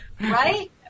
Right